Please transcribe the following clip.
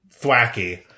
Thwacky